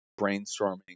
brainstorming